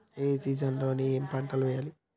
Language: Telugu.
ఏ సీజన్ లో ఏం పంటలు వెయ్యాలి?